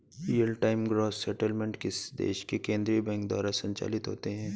real time gross settlement किसी देश के केन्द्रीय बैंक द्वारा संचालित होते हैं